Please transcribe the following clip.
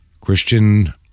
Christian